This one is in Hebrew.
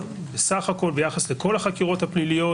סך הכול ביחס לכל החקירות הפליליות,